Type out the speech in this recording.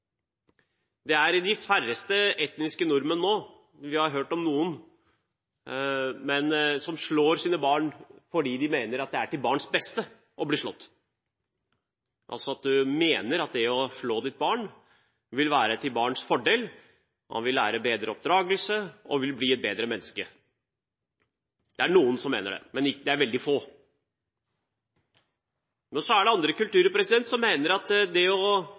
De færreste etniske nordmenn – vi har hørt om noen – slår sine barn fordi de mener at det er til barns beste å bli slått, at det å slå sitt barn vil være til barnets fordel, at det vil få bedre oppdragelse og bli et bedre menneske. Det er noen som mener det, men det er veldig få. Så er det andre kulturer der man mener at det å